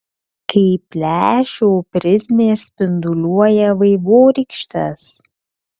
kaip lęšio prizmės spinduliuoja vaivorykštes